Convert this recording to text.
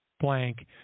blank